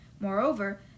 Moreover